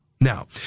Now